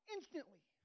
Instantly